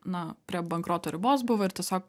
na prie bankroto ribos buvo ir tiesiog